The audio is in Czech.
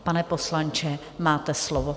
Pane poslanče, máte slovo.